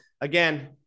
again